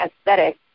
aesthetic